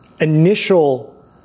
initial